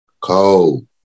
cold